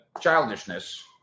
childishness